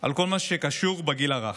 על כל מה שקשור לגיל הרך.